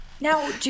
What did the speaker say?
Now